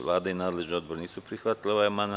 Vlada i nadležni odbor nisu prihvatili ovaj amandman.